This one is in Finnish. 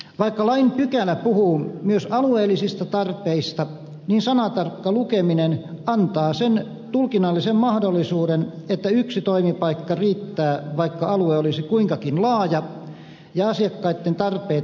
vaikka lain pykälä puhuu myös alueellisista tarpeista niin sanatarkka lukeminen antaa sen tulkinnallisen mahdollisuuden että yksi toimipaikka riittää vaikka alue olisi kuinkakin laaja ja asiakkaitten tarpeet sen mukaiset